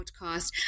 podcast